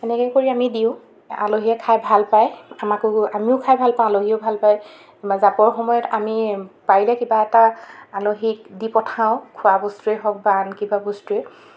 তেনেকৈ কৰি আমি দিওঁ আলহীয়ে খাই ভাল পায় আমাকো গৈ আমিও খাই ভাল পাওঁ আলহীয়েও ভাল পায় যাবৰ সময়ত আমি পাৰিলে কিবা এটা আলহীক দি পঠাওঁ খোৱা বস্তুৱে হওক বা আন কিবা বস্তুৱে